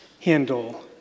handle